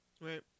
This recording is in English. Right